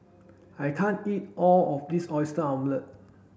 I can't eat all of this oyster omelette